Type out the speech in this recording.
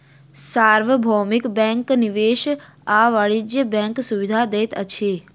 सार्वभौमिक बैंक निवेश आ वाणिज्य बैंकक सुविधा दैत अछि